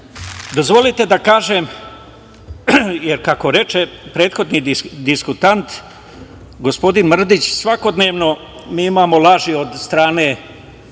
jesmo. Dozvolite da kažem, jer, kako reče prethodni diskutant, gospodin Mrdić, svakodnevno mi imamo laži od strane